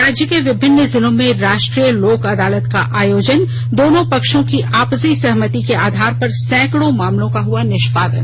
राज्य के विभिन्न जिलों में राष्ट्रीय लोक अदालत का आयोजन दोनों पक्षों की आपसी सहमति के आधार पर सैकडों मामलों का हआ निष्पादन